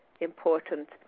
important